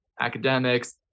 academics